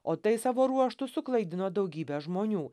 o tai savo ruožtu suklaidino daugybę žmonių